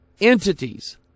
entities